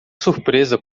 surpresa